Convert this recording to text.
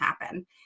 happen